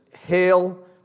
hail